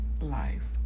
life